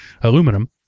aluminum